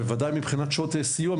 בוודאי מבחינת שעות סיוע,